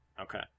Okay